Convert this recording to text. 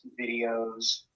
videos